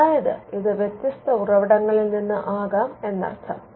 അതായത് ഇത് വ്യത്യസ്ത ഉറവിടങ്ങളിൽ നിന്നും ആകാം എന്നർത്ഥം